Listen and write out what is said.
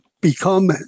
become